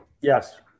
Yes